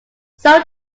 sow